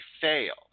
fail